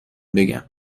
بگم